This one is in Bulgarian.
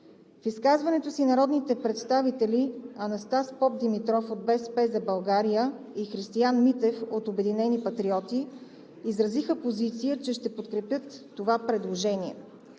В изказването си народните представители Анастас Попдимитров от „БСП за България“ и Христиан Митев от „Обединени патриоти“ изразиха позиция, че ще подкрепят това предложение.